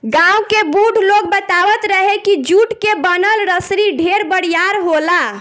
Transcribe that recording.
गांव के बुढ़ लोग बतावत रहे की जुट के बनल रसरी ढेर बरियार होला